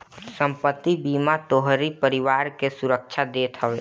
संपत्ति बीमा तोहरी परिवार के सुरक्षा देत हवे